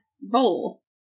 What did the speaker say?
bowl